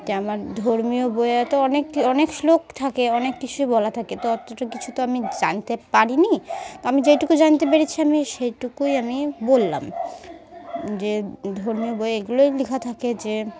যে আমার ধর্মীয় বইয়ে তো অনেক অনেক শ্লোক থাকে অনেক কিছুই বলা থাকে তো অতটা কিছু তো আমি জানতে পারিনি তো আমি যেইটুকু জানতে পেরেছি আমি সেইটুকুই আমি বললাম যে ধর্মীয় বই এগুলোই লেখা থাকে যে